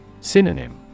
Synonym